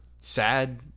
sad